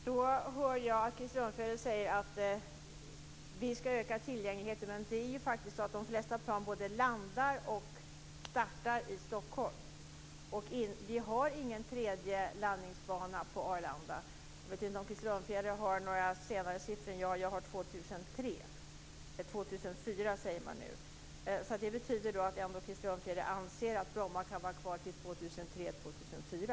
Fru talman! Jag hör att Krister Örnfjäder säger att man skall öka tillgängligheten. Men de flesta plan både landar och startar ju faktiskt i Stockholm, och vi har ingen tredje landningsbana på Arlanda. Jag vet inte om Krister Örnfjäder har några senare siffror än jag. Jag har hört 2003. 2004, säger man nu. Det betyder att Krister Örnfjäder ändå anser att Bromma kan vara till 2003, 2004.